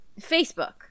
Facebook